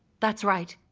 that's right.